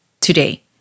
today